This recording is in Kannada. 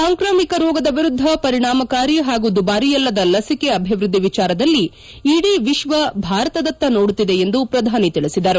ಸಾಂಕ್ರಾಮಿಕ ರೋಗದ ವಿರುದ್ಧ ಪರಿಣಾಮಕಾರಿ ಹಾಗೂ ದುಬಾರಿಯಲ್ಲದ ಲಿಸಿಕೆ ಅಭಿವೃದ್ಧಿ ವಿಚಾರದಲ್ಲಿ ಇಡೀ ವಿಶ್ವ ಭಾರತದತ್ತ ನೋಡುತ್ತಿದೆ ಎಂದು ಪ್ರಧಾನಿ ತಿಳಿಸಿದರು